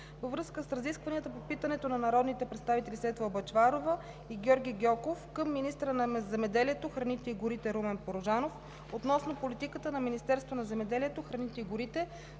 от 13 юли 2017 г. на народните представители Светла Бъчварова и Георги Гьоков към министъра на земеделието, храните и горите Румен Порожанов относно политиката на Министерството на земеделието, храните и горите